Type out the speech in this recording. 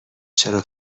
چرا